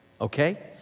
okay